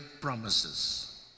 promises